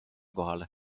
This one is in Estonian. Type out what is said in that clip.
kohale